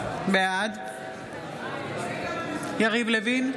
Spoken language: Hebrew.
בעד יריב לוין,